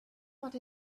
what